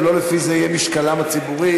ולא לפי זה יהיה משקלם הציבורי.